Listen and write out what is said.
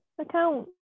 account